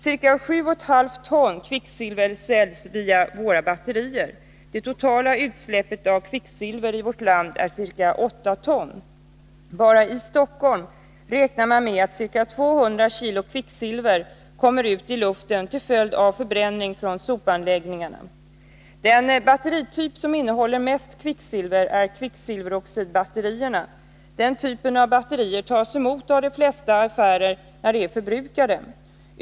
Ca 7,5 ton kvicksilver säljs via våra batterier. Det totala utsläppet av kvicksilver i vårt land är ca 8 ton. Bara i Stockholm räknar man med att ca 200 kg kvicksilver kommer ut i luften till följd av förbränning i sopanläggningarna. Den batterityp som innehåller mest kvicksilver är kvicksilveroxidbatterierna. Den typen av batterier tas emot av de flesta affärer när de är förbrukade.